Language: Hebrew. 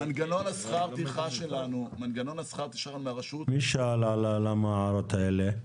מנגנון שכר הטרחה שלנו מהרשות --- מי שאל למה ההערות האלה?